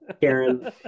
Karen